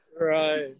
Right